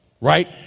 right